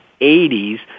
80s